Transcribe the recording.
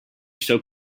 soap